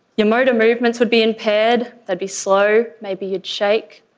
your motor movements would be impaired, they'd be slow, maybe you'd shake.